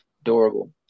adorable